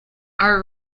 are